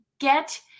get